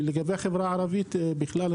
לגבי החברה הערבית בכלל,